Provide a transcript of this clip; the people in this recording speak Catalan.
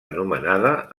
anomenada